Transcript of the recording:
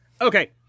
Okay